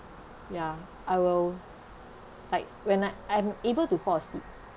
ya I will like when I I'm able to fall asleep